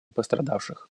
пострадавших